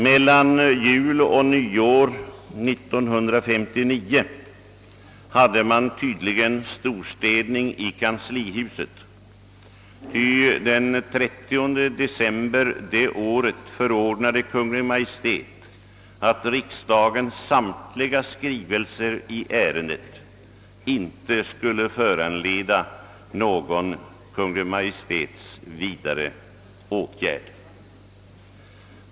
Mellan jul och nyår år 1959 hade man tydligen storstädning i kanslihuset, ty den 30 december detta år förordnade Kungl. Maj:t att riksdagens samtliga skrivelser i ärendet inte skulle föranleda någon Kungl. Maj:ts åtgärd.